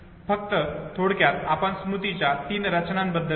फक्त थोडक्यात आपण स्मृतीच्या तीन रचनांबद्दल बोलू